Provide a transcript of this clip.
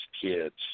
kids